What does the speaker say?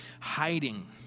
hiding